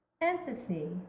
Empathy